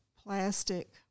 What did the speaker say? plastic